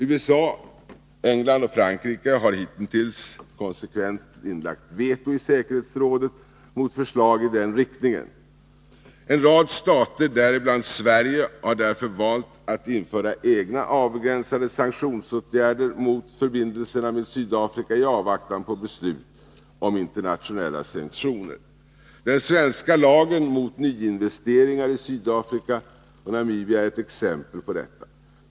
USA, England och Frankrike har hitintills konsekvent inlagt veto i säkerhetsrådet mot förslag i den riktningen. En rad stater, däribland Sverige, har därför valt att införa egna avgränsade sanktionsåtgärder mot förbindelserna med Sydafrika, i avvaktan på beslut om internationella sanktioner. Den svenska lagen mot nyinvesteringar i Sydafrika och Namibia är ett exempel på detta.